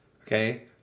Okay